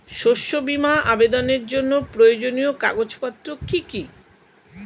শস্য বীমা আবেদনের জন্য প্রয়োজনীয় কাগজপত্র কি কি?